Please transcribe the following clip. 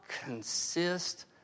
Consist